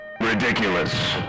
Ridiculous